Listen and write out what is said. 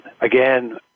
again